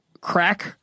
crack